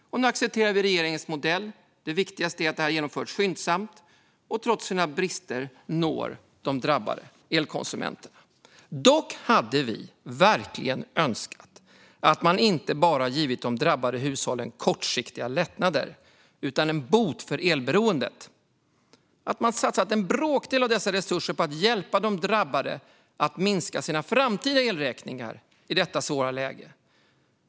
Nu accepterar vi regeringens modell. Det viktigaste är att detta genomförs skyndsamt och trots sina brister når de drabbade elkonsumenterna. Dock hade vi verkligen önskat att man inte bara givit de drabbade hushållen kortsiktiga lättnader utan en bot för elberoendet - att man satsat en bråkdel av dessa resurser på att hjälpa de drabbade att minska sina framtida elräkningar i detta svåra läge.